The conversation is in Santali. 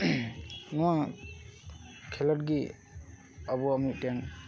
ᱱᱚᱶᱟ ᱠᱷᱮᱞᱳᱰ ᱜᱮ ᱟᱵᱚᱣᱟᱜ ᱢᱤᱫᱴᱮᱱ